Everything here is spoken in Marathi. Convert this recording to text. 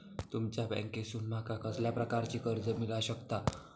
तुमच्या बँकेसून माका कसल्या प्रकारचा कर्ज मिला शकता?